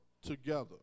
Together